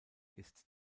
ist